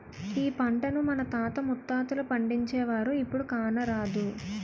ఈ పంటను మన తాత ముత్తాతలు పండించేవారు, ఇప్పుడు కానరాదు